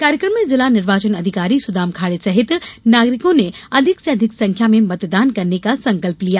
कार्यक्रम में जिला निर्वाचन अधिकारी सुदाम खाड़े सहित नागरिकों ने अधिक से अधिक संख्या में मतदान करने का संकल्प लिया